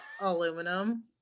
aluminum